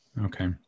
Okay